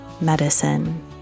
medicine